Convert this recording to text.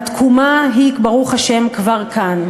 התקומה היא ברוך השם כבר כאן,